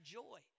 joy